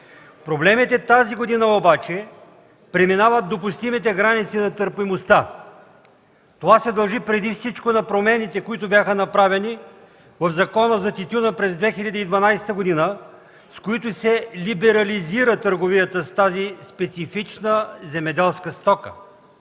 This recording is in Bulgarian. Проблемите тази година обаче преминават допустимите граници на търпимостта. Това се дължи преди всичко на промените, които бяха направени в Закона за тютюна през 2012 г., с които се либерализира търговията с тази специфична земеделска стока.